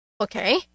Okay